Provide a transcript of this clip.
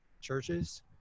churches